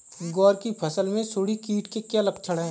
ग्वार की फसल में सुंडी कीट के क्या लक्षण है?